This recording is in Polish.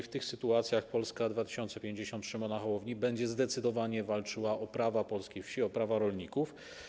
W tych sytuacjach Polska 2050 Szymona Hołowni będzie zdecydowanie walczyła o prawa polskiej wsi, o prawa rolników.